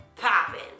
popping